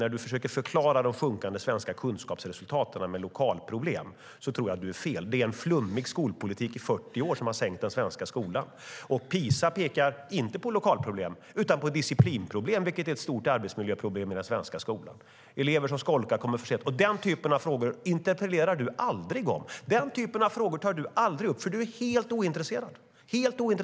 När du försöker förklara de sjunkande svenska kunskapsresultaten med lokalproblem, Gustav Fridolin, tror jag att du är fel ute. Det är 40 års flummig skolpolitik som har sänkt den svenska skolan. PISA pekar inte på lokalproblem utan på disciplinproblem, vilket är ett stort arbetsmiljöproblem i den svenska skolan. Det handlar om elever som skolkar eller kommer för sent. Men den typen av frågor interpellerar du aldrig om, Gustav Fridolin. Den typen av frågor tar du aldrig upp, för du är helt ointresserad av det.